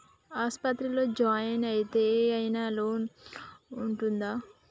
ఆస్పత్రి లో జాయిన్ అయితే ఏం ఐనా లోన్ ఉంటదా?